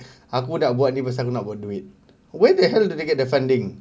aku nak buat ini pasal aku nak buat duit where the hell do they get the funding